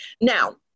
Now